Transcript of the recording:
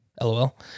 LOL